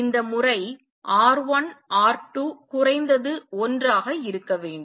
இந்த முறை R1 R2 குறைந்தது 1 ஆக இருக்க வேண்டும்